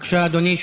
אדוני.